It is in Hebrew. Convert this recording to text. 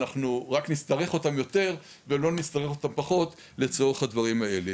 אנחנו רק נצטרך אותם יותר ולא נצטרך אותם פחות לצורך הדברים האלה.